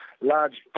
large